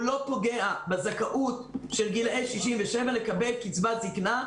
לא פוגע בזכאות של גילאי 67 לקבל קצבת זקנה,